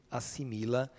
assimila